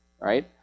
right